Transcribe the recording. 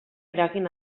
eragin